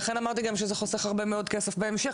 לכן אמרתי גם שזה חוסך הרבה מאוד כסף בהמשך,